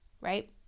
right